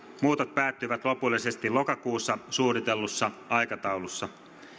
muutot päättyivät lopullisesti lokakuussa suunnitellussa aikataulussa